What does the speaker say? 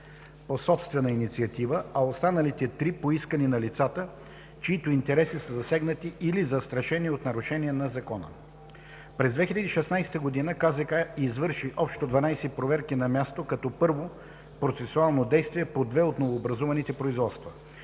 (по собствена инициатива), а останалите 3 – по искане на лицата, чиито интереси са засегнати или застрашени от нарушение на Закона. През 2016 г. КЗК извърши общо 12 проверки на място като първо процесуално действие по две от новообразуваните производства.